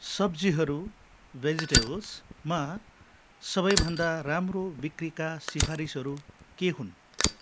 सब्जीहरू भेजिटेबल्समा सबैभन्दा राम्रो बिक्रीका सिफारिसहरू के हुन्